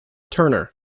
turner